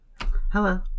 Hello